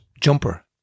jumper